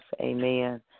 amen